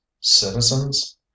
Citizens